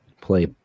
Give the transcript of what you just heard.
play